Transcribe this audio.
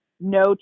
no